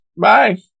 Bye